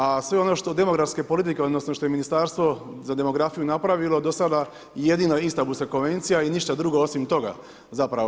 A sve ono što demografske politike odnosno što je Ministarstvo za demografiju napravilo do sada, jedino Istambulska Konvencija i ništa drugo osim toga, zapravo.